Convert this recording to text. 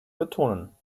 betonen